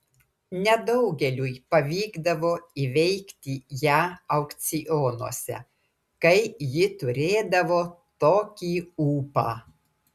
nedaugeliui pavykdavo įveikti ją aukcionuose kai ji turėdavo tokį ūpą